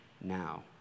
now